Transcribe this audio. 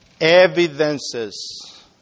Evidences